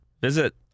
Visit